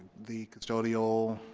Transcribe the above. the custodial,